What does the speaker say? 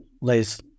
lays